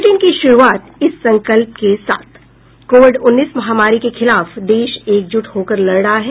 bulletin की शुरूआत इस संकल्प के साथ कोविड उन्नीस महामारी के खिलाफ देश एकजुट होकर लड़ रहा है